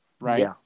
right